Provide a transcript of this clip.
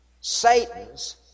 Satan's